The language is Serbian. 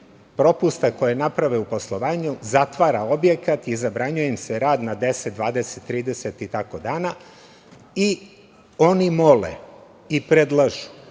propusta koje naprave u poslovanju zatvara objekat i zabranjuje im se rad na 10, 20, 30 dana i oni mole i predlažu